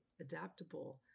adaptable